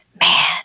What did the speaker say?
man